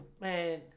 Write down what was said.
Man